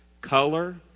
color